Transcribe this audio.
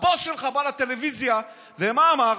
הבוס שלך בא לטלוויזיה ומה אמר?